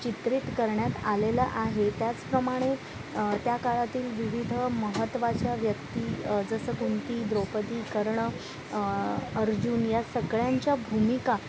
चित्रित करण्यात आलेलं आहे त्याचप्रमाणे त्या काळातील विविध महत्त्वाच्या व्यक्ती जसं कुंती द्रौपदी कर्ण अर्जुन या सगळ्यांच्या भूमिका